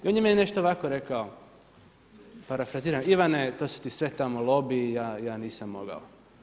I on je meni nešto ovako rekao, parafraziram Ivane to su ti sve tamo lobiji, ja nisam mogao.